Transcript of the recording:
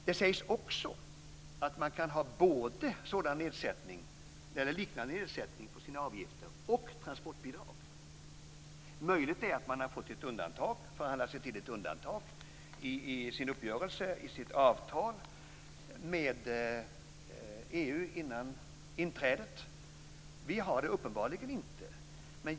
Det sägs också att man både kan ha en sådan eller en liknande nedsättning på sina avgifter och transportbidrag. Möjligt är att man har förhandlat sig till ett undantag i sitt avtal med EU före inträdet. Vi har det uppenbarligen inte.